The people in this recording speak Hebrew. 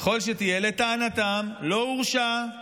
ככל שתהיה, לטענתם לא הורשע,